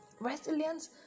Resilience